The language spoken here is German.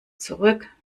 zurück